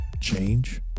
Change